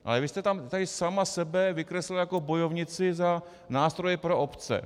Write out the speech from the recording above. Ale vy jste tady sama sebe vykreslila jako bojovnici za nástroje pro obce.